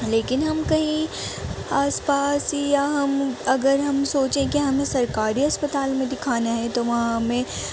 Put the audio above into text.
لیکن ہم کہیں آس پاس یا ہم اگر ہم سوچیں کہ ہمیں سرکاری اسپتال میں دکھانا ہے تو وہاں ہمیں